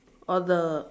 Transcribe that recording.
or the